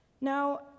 Now